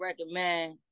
recommend